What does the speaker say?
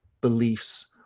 beliefs